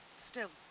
still,